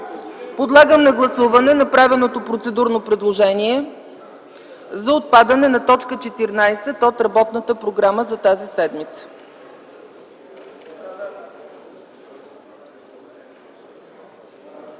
Подлагам на гласуване направеното процедурно предложение за отпадане на т. 14 от работната програма за тази седмица.